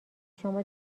شما